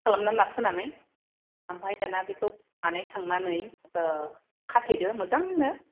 खालामनानै नारसोनानै आमफाय दाना बिखौ बानायखांनानै खाथेदो मोजांनो